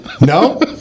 No